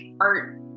art